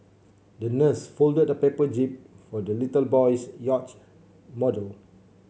the nurse folded a paper jib for the little boy's yacht model